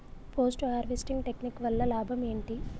Post harvesting technique వల్ల లాభం ఏంటి?